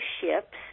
ships